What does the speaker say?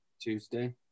tuesday